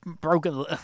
broken